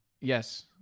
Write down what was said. Yes